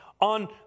on